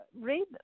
read